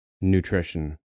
nutrition